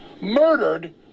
murdered